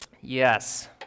Yes